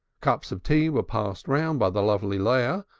cups of tea were passed round by the lovely leah,